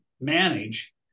manage